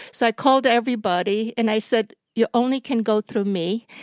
so i called everybody, and i said, you only can go through me.